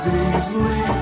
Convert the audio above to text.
easily